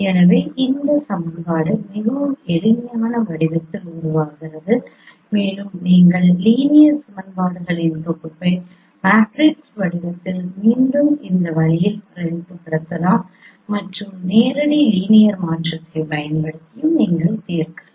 எனவே இந்த சமன்பாடு மிகவும் எளிமையான வடிவத்தில் உருவாகிறது மேலும் நீங்கள் லீனியர் சமன்பாடுகளின் தொகுப்பை மேட்ரிக்ஸ் வடிவத்தில் மீண்டும் இந்த வழியில் பிரதிநிதித்துவப்படுத்தலாம் மற்றும் நேரடி லீனியர் மாற்றத்தைப் பயன்படுத்தி நீங்கள் தீர்க்கலாம்